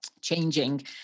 changing